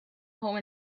home